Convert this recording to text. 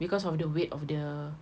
because of the weight of the